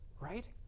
Right